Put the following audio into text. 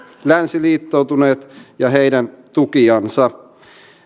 länsiliittoutuneet ja heidän tukijansa